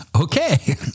okay